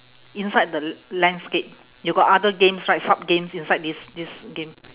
inside the l~ landscape you got other games right sub games inside this this game